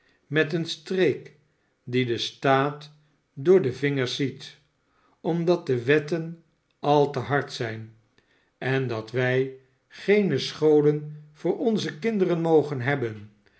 met eeri streek dien de staat door de vingers ziet omdat de wetten al te hard zijn en dat wij geene scholen voor onze kinderen mogen hebben